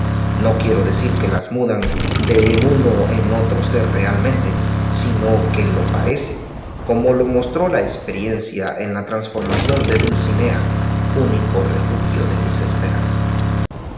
no quiero decir que las mudan de en uno en otro ser realmente sino que lo parece como lo mostró la experiencia en la transformación de dulcinea único refugio de mis esperanzas